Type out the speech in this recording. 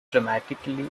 dramatically